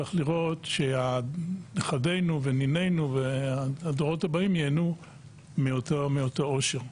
צריך לראות שנכדינו ונינינו והדורות הבאים ייהנו מאותו עושר.